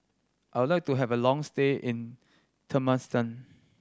I would like to have a long stay in Turkmenistan